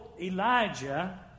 Elijah